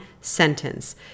sentence